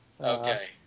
Okay